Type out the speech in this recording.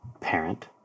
parent